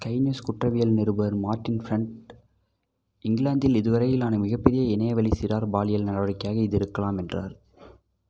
கைநிஸ் குற்றவியல் நிரூபர் மார்ட்டின் ஃப்ரண்ட் இங்கிலாந்தில் இதுவரையிலான மிகப்பெரிய இணையவழி சிறார் பாலியல் நடவடிக்கையாக இது இருக்கலாம் என்றார்